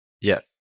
Yes